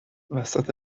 وسط